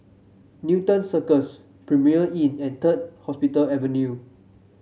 Newton Cirus Premier Inn and Third Hospital Avenue